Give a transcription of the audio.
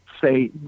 say